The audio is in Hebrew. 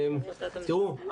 פתאום?